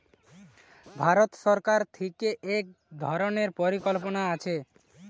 ভারত সরকার থিকে এক ধরণের পরিকল্পনা আছে